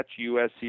USC